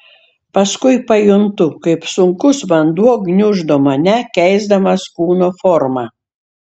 paskui pajuntu kaip sunkus vanduo gniuždo mane keisdamas kūno formą